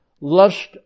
lust